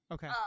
Okay